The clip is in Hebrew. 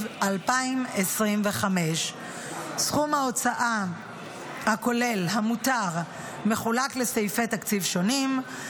2025. סכום ההוצאה הכולל המותר מחולק לסעיפי תקציב שונים,